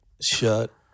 Shut